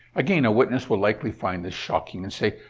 again, a witness will likely find this shocking and say,